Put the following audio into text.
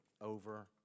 over